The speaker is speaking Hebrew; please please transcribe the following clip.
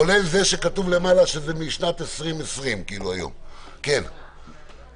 כולל זה שכתוב למעלה שזה משנת 2020. כלשונו,